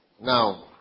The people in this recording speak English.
Now